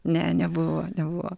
ne nebuvo nebuvo